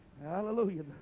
hallelujah